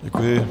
Děkuji.